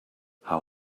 how